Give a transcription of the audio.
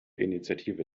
initiative